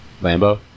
Lambo